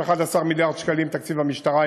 יש 11 מיליארד שקלים לתקציב המשטרה,